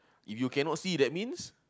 if you cannot see that means